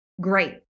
Great